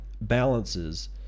balances